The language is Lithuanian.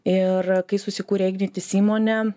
ir kai susikūrė ignitis įmonė